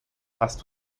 hast